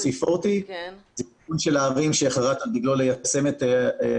C40. זה ארגון של הערים שחרט על דגלו ליישם את הסכם